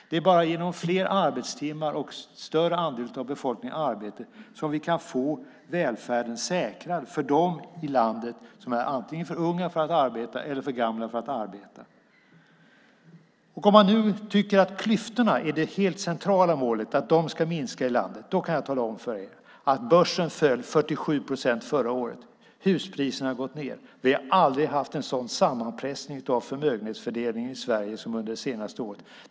Det är bara genom fler arbetstimmar och en större andel av befolkningen i arbete som vi kan få välfärden säkrad för dem i landet som är antingen för unga eller för gamla för att arbeta. Om ni nu tycker att det helt centrala målet är att klyftorna ska minska i landet kan jag tala om för er att börsen föll med 47 procent förra året. Huspriserna har gått ned. Vi har aldrig haft en sådan sammanpressning av förmögenhetsfördelningen i Sverige som under det senaste året.